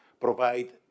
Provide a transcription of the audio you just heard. provide